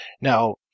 now